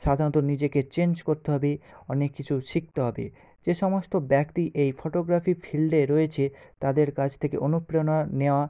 সাধারণত নিজেকে চেঞ্জ করতে হবে অনেক কিছু শিখতে হবে যে সমস্ত ব্যক্তি এই ফটোগ্রাফি ফিল্ডে রয়েছে তাদের কাছ থেকে অনুপ্রেরণা নেওয়া